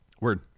word